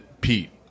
Pete